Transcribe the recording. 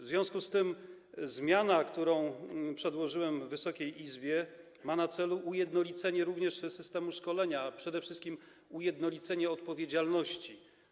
W związku z tym zmiana, którą przedłożyłem Wysokiej Izbie, ma na celu ujednolicenie również systemu szkolenia, przede wszystkim ujednolicenie odpowiedzialności.